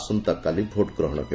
ଆସନ୍ତାକାଲି ଭୋଟ୍ ଗ୍ରହଣ ହେବ